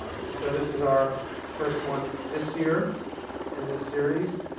and so this is our first one this year in this series,